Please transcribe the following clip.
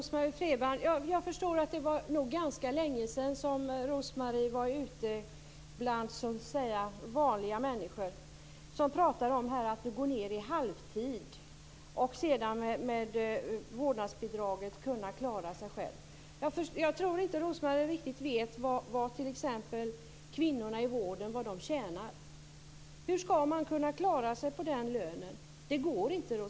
Fru talman! Jag förstår att det var ganska länge sedan som Rose-Marie Frebran var ute bland vanliga människor. Hon talar om att gå ned i halvtid och sedan med vårdnadsbidraget kunna klara sin försörjning. Jag tror inte att Rose-Marie Frebran riktigt vet vad t.ex. kvinnorna i vården tjänar. Hur skall man kunna klara sig på den lönen? Det går inte.